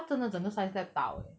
他真的整个 science lab 倒 eh